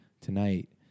tonight